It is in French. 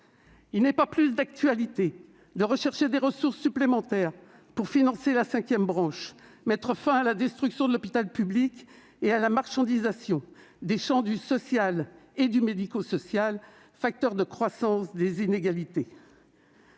Il n'est pas plus d'actualité de rechercher des ressources supplémentaires pour financer la cinquième branche, ou mettre fin à la destruction de l'hôpital public et à la marchandisation des champs du social et du médico-social, facteur de croissance des inégalités.